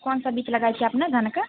कोन सा बीच लगाए छी अपने धानके